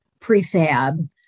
prefab